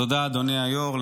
תודה, אדוני היו"ר.